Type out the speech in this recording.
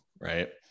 right